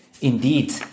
Indeed